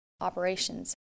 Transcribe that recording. operations